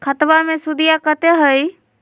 खतबा मे सुदीया कते हय?